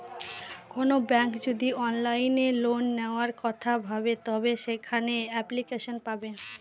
কোনো ব্যাঙ্ক যদি অনলাইনে লোন নেওয়ার কথা ভাবে তবে সেখানে এপ্লিকেশন পাবে